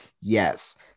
yes